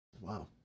wow